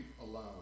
aloud